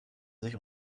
sich